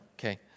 okay